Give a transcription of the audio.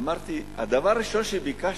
אמרתי, הדבר הראשון שביקשתי,